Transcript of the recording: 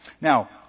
Now